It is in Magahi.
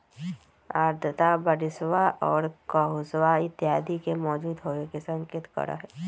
आर्द्रता बरिशवा और कुहसवा इत्यादि के मौजूद होवे के संकेत करा हई